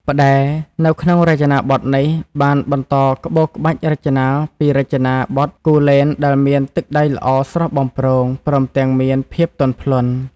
ផ្តែរ នៅក្នុងរចនាបថនេះ បានបន្តក្បូរក្បាច់រចនាពីរចនាបថគូលែនដែលមាន ទឹកដៃល្អស្រស់បំព្រង ព្រមទាំងមានភាពទន់ភ្លន់។